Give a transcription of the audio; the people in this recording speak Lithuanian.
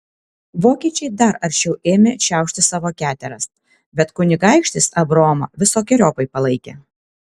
vokiečiai dar aršiau ėmė šiaušti savo keteras bet kunigaikštis abraomą visokeriopai palaikė